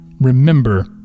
Remember